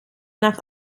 nach